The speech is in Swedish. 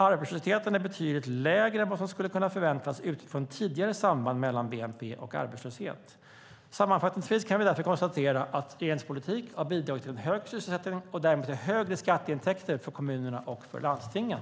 Arbetslösheten är betydligt lägre än vad som skulle kunna förväntas utifrån tidigare samband mellan bnp och arbetslöshet. Sammanfattningsvis kan jag därför konstatera att regeringens politik har bidragit till en högre sysselsättning och därmed till högre skatteintäkter för kommunerna och för landstingen.